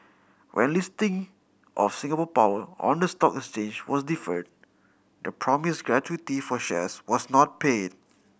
when listing of Singapore Power on the stock exchange was deferred the promise gratuity for shares was not paid